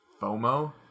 FOMO